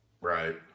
Right